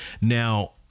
Now